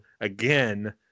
again